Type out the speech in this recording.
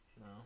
No